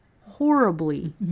horribly